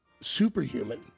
superhuman